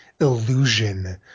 illusion